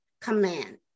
command